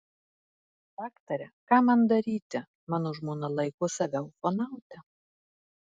daktare ką man daryti mano žmona laiko save ufonaute